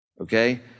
Okay